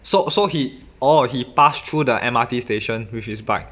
so so he orh he passed through the M_R_T station with his bike